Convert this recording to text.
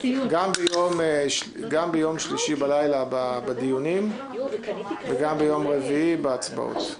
גם ביום שלישי בלילה בדיונים וגם ביום רביעי בהצבעות.